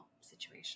situation